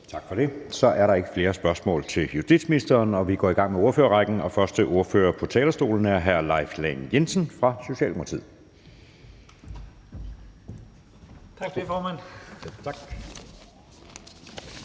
Tak for det. Så er der ikke flere spørgsmål til justitsministeren, og vi går i gang med ordførerrækken. Første ordfører på talerstolen er hr. Leif Lahn Jensen fra Socialdemokratiet. Kl. 10:17 (Ordfører)